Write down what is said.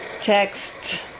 Text